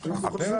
יובל,